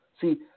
See